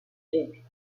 jésuite